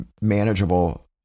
manageable